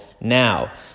now